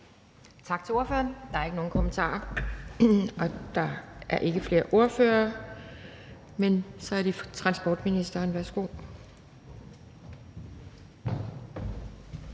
Tak til ordføreren. Der er ikke nogen korte bemærkninger, og der er ikke flere ordførere, men så er det transportministeren. Værsgo.